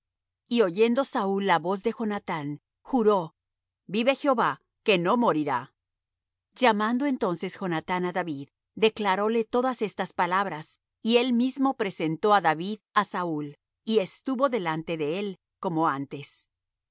y oyendo saúl la voz de jonathán juró vive jehová que no morirá llamando entonces jonathán á david declaróle todas estas palabras y él mismo presentó á david á saúl y estuvo delante de él como antes